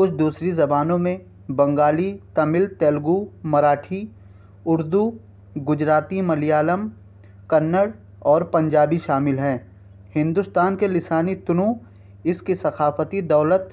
کچھ دوسری زبانوں میں بنگالی تمل تیلگو مراٹھی اردو گجراتی ملیالم کنڑ اور پنجابی شامل ہیں ہندوستان کے لسانی تنو اس کی ثقافتی دولت